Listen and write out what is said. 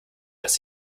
dass